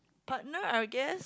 partner I will guess